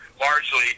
largely